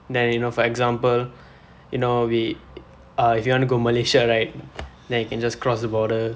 then you know for example you know we uh if you wanna go Malaysia right then you can just cross the border